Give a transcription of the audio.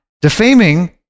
defaming